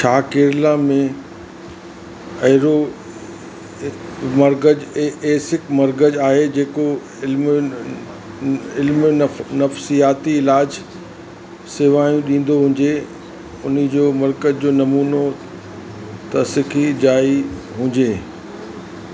छा केरला में अहिड़ो मर्कज़ु ए एसिक मर्कज़ु आहे जेको इल्म इल्मु नफ़ नफ़सियाती इलाजु सेवाऊं ॾींदो हुजे ऐं उन जो मर्कज़ जो नमूनो तस्की जाइ हुजे